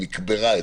נקברה אתמול,